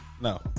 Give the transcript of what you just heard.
no